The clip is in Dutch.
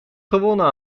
gewonnen